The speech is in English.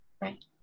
Right